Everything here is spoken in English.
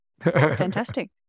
Fantastic